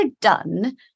done